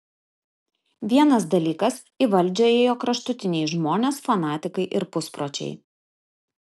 vienas dalykas į valdžią ėjo kraštutiniai žmonės fanatikai ir puspročiai